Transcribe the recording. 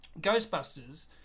Ghostbusters